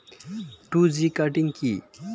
Two G cutting কি?